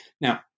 now